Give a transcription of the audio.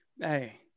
Hey